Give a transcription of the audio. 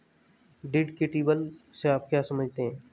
Deductible से आप क्या समझते हैं?